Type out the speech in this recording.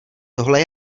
tohle